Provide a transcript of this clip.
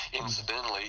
incidentally